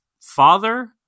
father